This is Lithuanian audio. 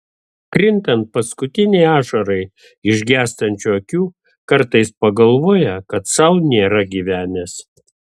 krintant paskutinei ašarai iš gęstančių akių kartais pagalvoja kad sau nėra gyvenęs